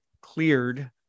cleared